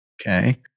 Okay